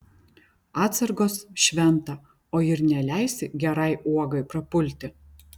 atsargos šventa o ir neleisi gerai uogai prapulti